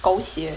狗血